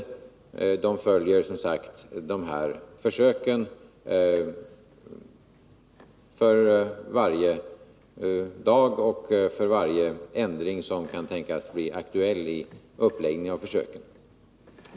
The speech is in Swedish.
Datainspektionen följer som sagt försöken för varje dag och för varje ändring som kan tänkas bli aktuell i uppläggningen av försöken.